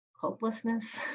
hopelessness